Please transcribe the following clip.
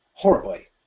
horribly